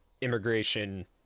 immigration